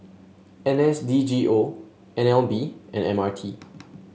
N S D G O N L B and M R T